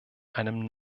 einem